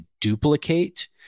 duplicate